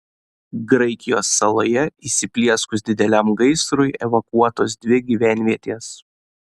graikijos saloje įsiplieskus dideliam gaisrui evakuotos dvi gyvenvietės